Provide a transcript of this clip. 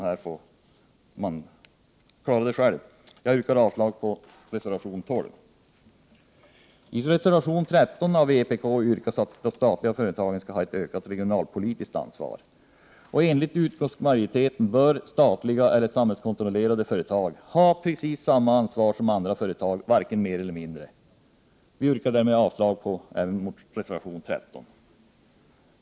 Här får man klara sig själv. Jag yrkar avslag på reservation 12. I reservation 13 yrkar vpk att statliga företag skall ha ett ökat regionalpolitiskt ansvar. Enligt utskottsmajoriteten bör statliga eller samhällskontrolle 115 rade företag ha precis samma ansvar som andra företag, varken mer eller mindre. Jag yrkar därför avslag på reservation 13. Herr talman!